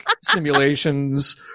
simulations